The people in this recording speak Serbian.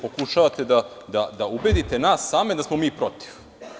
Pokušavate da ubedite nas same da smo mi protiv.